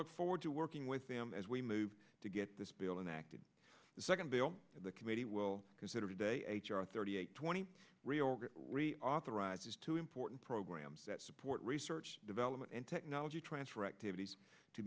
look forward to working with them as we move to get this bill and the second bill that the committee will consider today h r thirty eight twenty three authorizes two important programs that support research development and technology transfer activities to